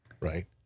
right